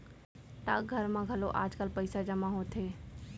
डाकघर म घलौ आजकाल पइसा जमा होथे